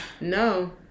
No